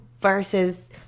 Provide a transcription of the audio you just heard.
versus